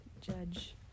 judge